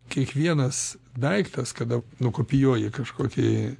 kiekvienas daiktas kada nukopijuoji kažkokį